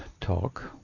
talk